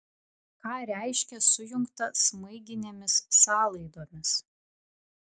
ką reiškia sujungta smaiginėmis sąlaidomis